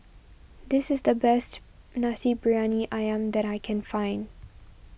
this is the best Nasi Briyani Ayam that I can find